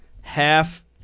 half